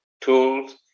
tools